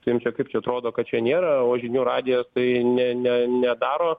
tai jum čia kaip čia atrodo kad čia nėra o žinių radijas tai ne ne nedaro